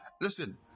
listen